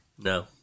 No